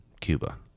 Cuba